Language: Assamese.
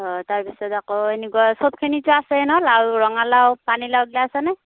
অঁ তাৰপিছত আকৌ এনেকুৱা সবখিনিতো আছেই নহ্ লাও ৰঙালাও পানী লাওগিলা আছেনে